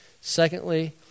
Secondly